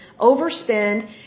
overspend